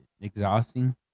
Exhausting